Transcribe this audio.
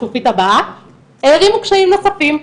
הערים קשיים נוספים.